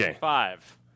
five